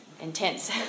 intense